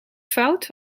fout